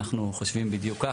אנחנו חושבים בדיוק כך.